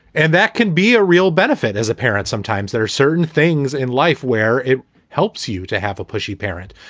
and that can be a real benefit as a parent. sometimes there are certain things in life where it helps you to have a pushy parent.